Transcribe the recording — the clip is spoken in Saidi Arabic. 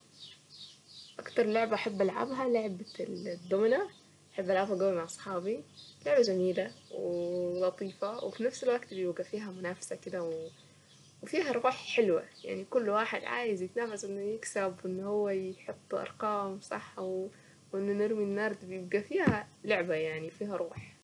اكتر لعبة احب العبها لعبة الدمنة احب العبها قوي مع اصحابي لعبة جميلة ولطيفة وفي نفس الوقت بيبقى فيها منافسة كده وفيها روح حلوة يعني كل واحد عايز يتنافس انه يكسب وان هو يحط ارقام صح وانه نرمي النرد بيبقى فيها لعبة يعني بيبقى فيها روح.